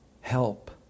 help